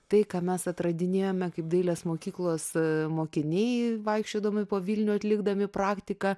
tai ką mes atradinėjome kaip dailės mokyklos mokiniai vaikščiodami po vilnių atlikdami praktiką